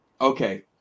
Okay